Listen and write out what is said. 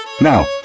Now